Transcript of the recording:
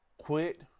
quit